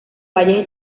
valles